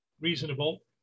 reasonable